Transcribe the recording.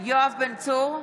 יואב בן צור,